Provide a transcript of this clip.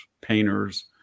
painters